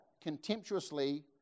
contemptuously